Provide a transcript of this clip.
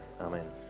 amen